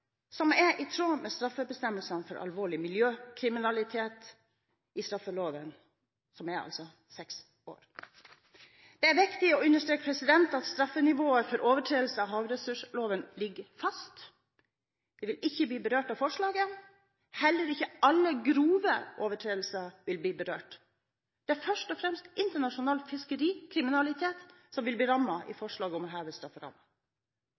som er i tråd med straffebestemmelsene for alvorlig miljøkriminalitet i straffeloven, som altså er seks år. Det er viktig å understreke at straffenivået for overtredelse av havressursloven ligger fast. Det vil ikke bli berørt av forslaget. Heller ikke alle grove overtredelser vil bli berørt. Det er først og fremst internasjonal fiskerikriminalitet som vil bli rammet i forslaget om å heve